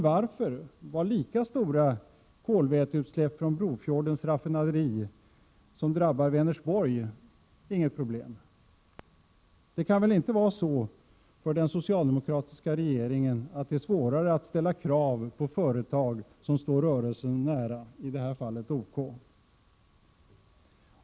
Varför var lika stora kolväteutsläpp från Brofjordens raffinaderi, som drabbar Vänersborg, inget problem? Det kan väl inte vara svårare för den socialdemokratiska regeringen att ställa krav på företag som står rörelsen nära, i detta fall OK?